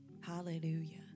Hallelujah